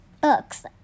books